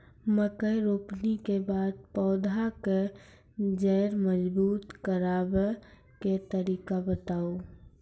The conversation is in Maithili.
मकय रोपनी के बाद पौधाक जैर मजबूत करबा के तरीका बताऊ?